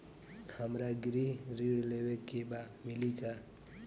हमरा गृह ऋण लेवे के बा मिली का?